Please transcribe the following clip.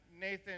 Nathan